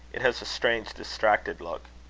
it has a strange distracted look!